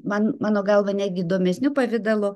man mano galva netgi įdomesniu pavidalu